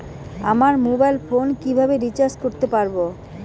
আমার mobile phone কিভাবে recharge করতে পারব?